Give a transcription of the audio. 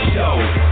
Show